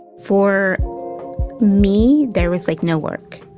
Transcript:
for me, there was like no work.